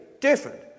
different